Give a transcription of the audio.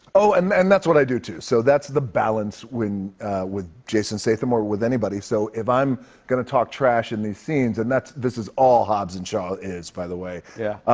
oh, and and that's what i do, too. so that's the balance with jason statham or with anybody. so, if i'm gonna talk trash in these scenes, and that's this is all hobbs and shaw is, by the way. yeah.